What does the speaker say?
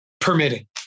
permitting